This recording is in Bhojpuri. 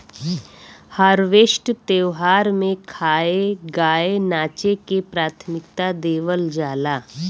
हार्वेस्ट त्यौहार में खाए, गाए नाचे के प्राथमिकता देवल जाला